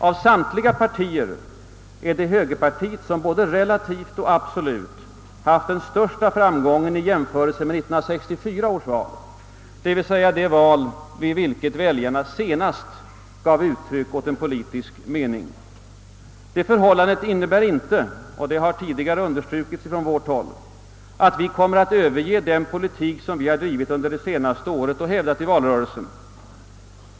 Av samtliga partier är det högerpartiet som både relativt och absolut har haft den största framgången i jämförelse med 1964 års val, d.v.s. det val vid vilket väljarna senast gav uttryck åt en politisk mening. Det förhållandet innebär inte — vilket har tidigare understrukits från vårt håll — att vi kommer att överge den politik vi har drivit under det senaste året och hävdat i valrörelsen.